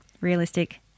realistic